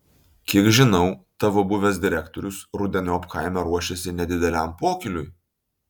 kiek žinau tavo buvęs direktorius rudeniop kaime ruošiasi nedideliam pokyliui